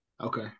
Okay